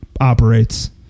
operates